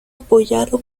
apoyado